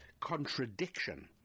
contradiction